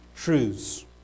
truths